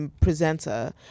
presenter